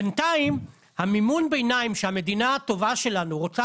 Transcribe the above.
בינתיים מימון הביניים שהמדינה הטובה שלנו רוצה